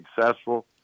successful